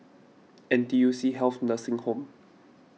N T U C Health Nursing Home